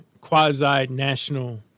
quasi-national